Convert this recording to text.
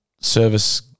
service